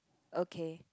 okay